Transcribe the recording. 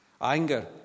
Anger